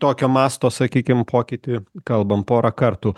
tokio masto sakykim pokytį kalbam porą kartų